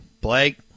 Blake